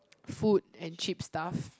food and cheap stuff